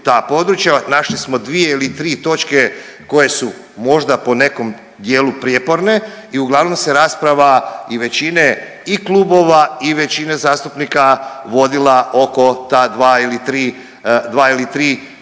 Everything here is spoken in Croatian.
našli smo 2 ili 3 točke koje su možda po nekom dijelu prijeporne i uglavnom se rasprava i većine i klubova i većine zastupnika vodila oko ta 2 ili 3, 2